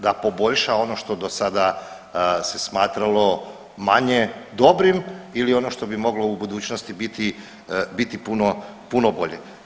Da poboljša ono što do sada se smatralo manje dobrim ili ono što bi moglo u budućnosti biti, biti puno bolje.